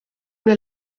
mir